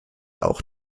auch